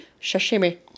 shashimi